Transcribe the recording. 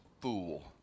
fool